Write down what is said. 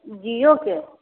जिओके